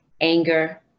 anger